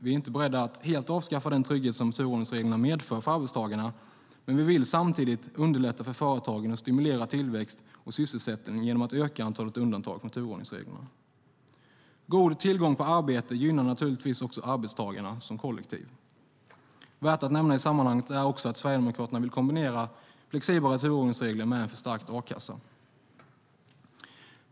Vi är inte beredda att helt avskaffa den trygghet turordningsreglerna medför för arbetstagarna, men vi vill samtidigt underlätta för företagen och stimulera tillväxt och sysselsättning genom att öka antalet undantag från turordningsreglerna. God tillgång på arbete gynnar naturligtvis också arbetstagarna som kollektiv. Värt att nämna i sammanhanget är även att Sverigedemokraterna vill kombinera flexiblare turordningsregler med en förstärkt a-kassa.